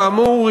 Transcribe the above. כאמור,